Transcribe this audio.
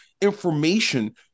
information